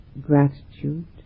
gratitude